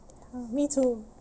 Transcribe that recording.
me too